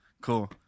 Cool